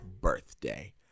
birthday